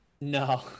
No